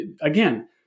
Again